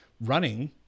running